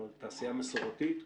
תעשייה מסורתית.